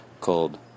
called